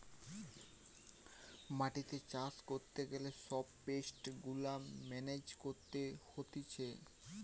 মাটিতে চাষ করতে গিলে সব পেস্ট গুলা মেনেজ করতে হতিছে